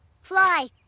Fly